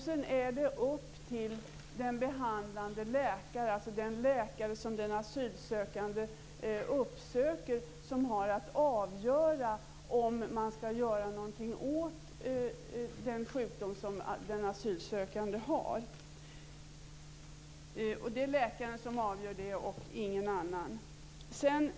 Sedan är det den behandlande läkaren, dvs. den läkare som den asylsökande uppsöker, som har att avgöra om man skall göra något åt den sjukdom som den asylsökande har. Det är läkaren, och ingen annan, som avgör detta.